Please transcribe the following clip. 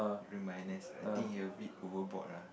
regardless I think he a bit overboard lah